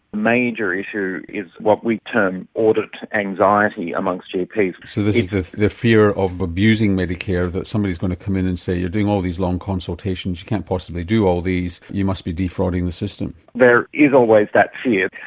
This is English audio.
major issue is what we term audit anxiety amongst gps. so this is the fear of abusing medicare, that somebody's going to come in and say, you're doing all these long consultations. you can't possibly do all these. you must be defrauding the system. there is always that fear.